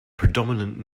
predominant